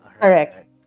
Correct